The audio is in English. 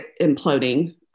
imploding